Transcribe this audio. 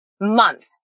month